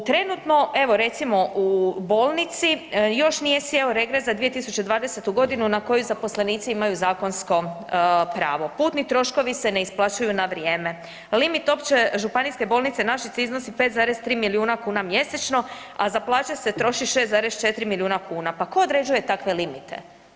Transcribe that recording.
U trenutno, evo recimo u bolnici, još nije sjeo regres za 2020. g. na koju zaposlenici imaju zakonsko pravo, putni troškovi se ne isplaćuju na vrijeme, limit Opće županijske bolnice Našice iznosi 5,3 milijuna kuna mjesečno a za plaće se troši 6,4 milijuna kuna, pa ko određuje takve limite?